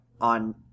on